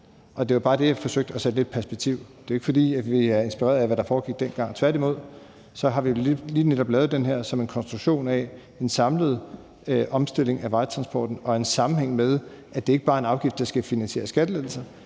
det var bare det, jeg forsøgte at sætte lidt i perspektiv. Det er ikke, fordi vi er inspireret af, hvad der foregik dengang – tværtimod har vi lige netop lavet det her som en konstruktion af den samlede omstilling af vejtransporten og i en sammenhæng med, at det ikke bare er en afgift, der skal finansiere skattelettelser,